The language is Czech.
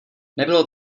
nebylo